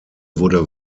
wurde